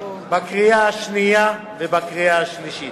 לקריאה השנייה ולקריאה השלישית.